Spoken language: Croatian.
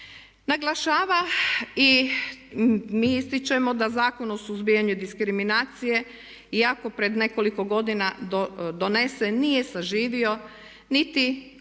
Naglašava i mi ističemo da Zakon o suzbijanju diskriminacije iako pred nekoliko godina donesen nije saživio niti kod